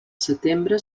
setembre